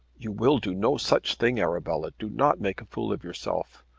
you will do no such thing. arabella, do not make a fool of yourself.